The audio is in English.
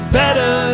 better